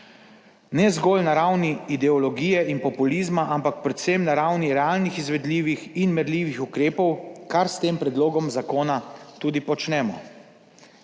ne zgolj na ravni ideologije in populizma, ampak predvsem na ravni realnih, izvedljivih in merljivih ukrepov, kar s tem predlogom zakona tudi počnemo.